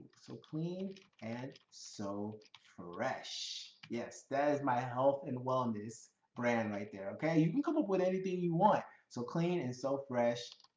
so clean and so fresh. yes, that is my health and wellness brand right there, okay? you can come up with anything you want. so clean and so fresh